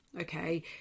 okay